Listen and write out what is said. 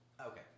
Okay